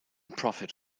profit